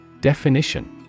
Definition